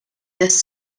des